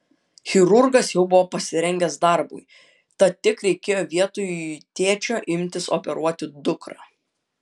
chirurgas jau buvo pasirengęs darbui tad tik reikėjo vietoj tėčio imtis operuoti dukrą